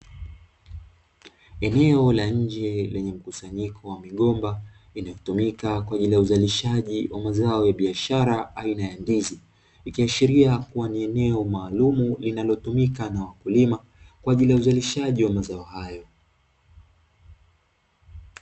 Eneo la nje lenye mkusanyiko wa migomba inayotumika kwa ajili ya uzalishaji wa mazao ya biashara aina ya ndizi, ikiashiria kuwa ni eneo maalumu linalotumika na wakulima kwa ajili ya uzalishaji wa mazao hayo.